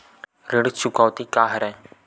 ऋण चुकौती का हरय?